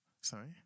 sorry